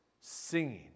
singing